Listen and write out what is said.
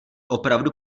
opravdu